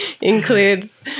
includes